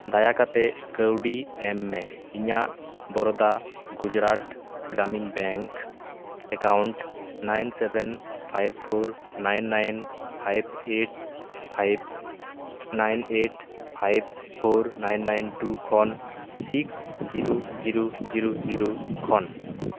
ᱫᱟᱭᱟ ᱠᱟᱛᱮᱫ ᱠᱟᱹᱣᱰᱤ ᱮᱢ ᱢᱮ ᱤᱧᱟᱹᱜ Baroda Gujarat Gramin bank account nine seven five four nine nine five eight five nine eight five four nine nine two ᱠᱷᱚᱱ six zero zero zero zero ᱠᱷᱚᱱ